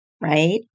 right